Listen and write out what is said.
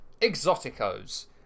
Exoticos